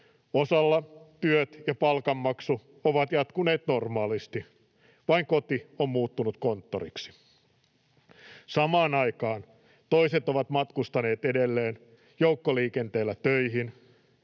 Osalla työt ja palkanmaksu ovat jatkuneet normaalisti, vain koti on muuttunut konttoriksi. Samaan aikaan toiset ovat matkustaneet edelleen joukkoliikenteellä töihin